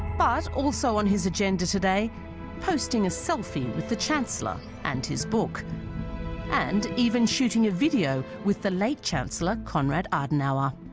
but also on his agenda today posting a selfie with the chancellor and his book and even shooting a video with the late chancellor konrad adenauer